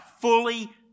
fully